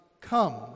come